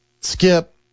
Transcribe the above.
Skip